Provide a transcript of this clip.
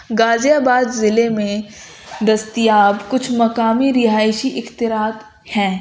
غازی آباد ضلع میں دستیاب کچھ مقامی رہائشی اخترعات ہیں